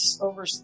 over